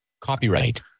Copyright